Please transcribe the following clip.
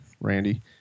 Randy